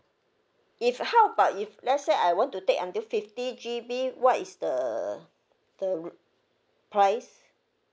if how about if let's say I want to take until fifty G_B what is the the price